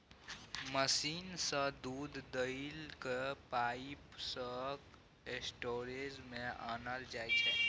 machine सँ दुध दुहि कए पाइप सँ स्टोरेज मे आनल जाइ छै